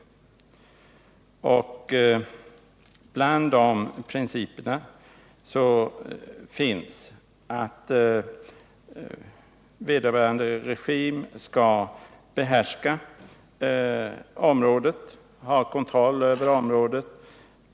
Däribland finns kravet att vederbörande regim skall ha — <ahariska arabrekontroll över området.